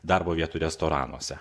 darbo vietų restoranuose